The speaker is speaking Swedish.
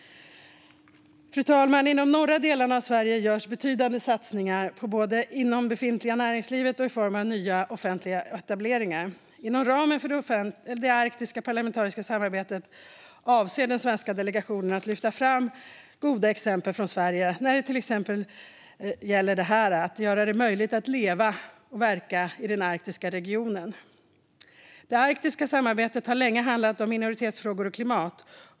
Fru talman! I de norra delarna av Sverige görs betydande satsningar både inom det befintliga näringslivet och i form av nya offentliga etableringar. Inom ramen för det arktiska parlamentariska samarbetet avser den svenska delegationen att lyfta fram de goda exemplen från Sverige när det gäller att göra det möjligt att leva och verka i den arktiska regionen. Det arktiska samarbetet har länge handlat om minoritetsfrågor och klimat.